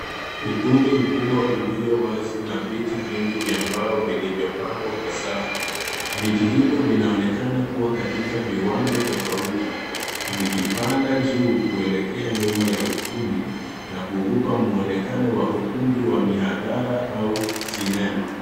Ukumbi mkubwa ulio wazi na viti vingi vya mbao vilivyopangwa kwa safu. Viti hivyo vinaonekana kuwa katika viwango tofauti, vikipanda juu kuelekea nyuma ya ukumbi na kuupa mwonekano wa ukumbi wa mihadhara au sinema.